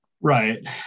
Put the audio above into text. Right